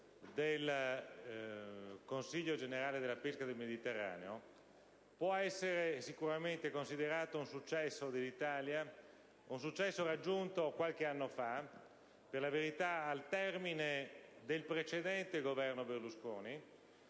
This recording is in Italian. Commissione generale per la pesca nel Mediterraneo può essere sicuramente considerato un successo dell'Italia, raggiunto qualche anno fa per la verità, al termine del precedente Governo Berlusconi,